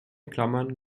klammern